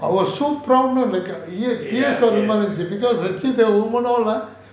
I was so proud like tears வர மாரி இருந்துச்சி:vara maari irunthuchi because I see the woman all ah